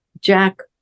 Jack